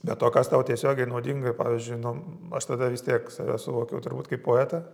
bet to kas tau tiesiogiai naudinga pavyzdžiui nu aš tada vis tiek save suvokiau turbūt kaip poetą